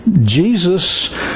Jesus